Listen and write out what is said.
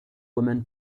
women